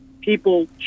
People